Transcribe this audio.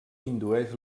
indueix